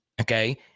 Okay